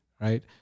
right